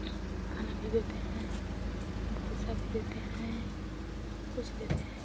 खाना भी देते हैं भूसा भी देते हैं बहुत कुछ देते हैं